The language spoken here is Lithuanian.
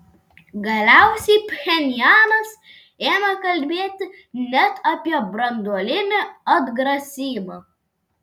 galiausiai pchenjanas ėmė kalbėti net apie branduolinį atgrasymą